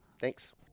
Thanks